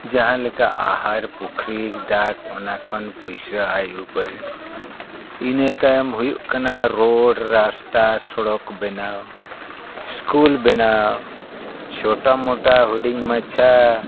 ᱡᱟᱦᱟᱸ ᱞᱮᱠᱟ ᱟᱦᱟᱨ ᱯᱩᱠᱷᱨᱤ ᱰᱟᱠ ᱚᱱᱟ ᱠᱷᱚᱱ ᱯᱚᱭᱥᱟ ᱟᱭ ᱩᱯᱟᱹᱭ ᱤᱱᱟᱹ ᱛᱟᱭᱚᱢ ᱦᱩᱭᱩᱜ ᱠᱟᱱᱟ ᱨᱳᱰ ᱨᱟᱥᱛᱟ ᱥᱚᱲᱚᱠ ᱵᱮᱱᱟᱣ ᱥᱠᱩᱞ ᱵᱮᱱᱟᱣ ᱪᱷᱚᱴᱟ ᱢᱚᱴᱟ ᱦᱩᱰᱤᱧ ᱢᱟᱪᱷᱟ